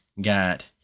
got